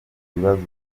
ibibazo